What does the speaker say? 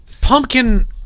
pumpkin